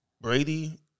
Brady